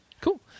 Cool